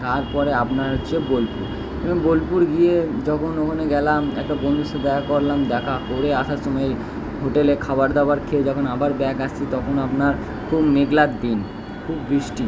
তারপরে আপনার হচ্চে বোলপুর বোলপুর গিয়ে যখন ওখানে গেলাম একটা বন্ধুর সাথে দেখা করলাম দেখা করে আসার সময় হোটেলে খাবার দাবার খেয়ে যখন আবার ব্যাক আসছি তখন আপনার খুব মেঘলার দিন খুব বৃষ্টি